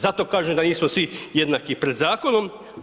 Zato kažem da nismo svi jednaki pred zakonom.